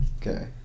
Okay